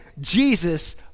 Jesus